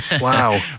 wow